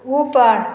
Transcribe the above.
ऊपर